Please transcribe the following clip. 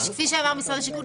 כפי שאמר משרד השיכון,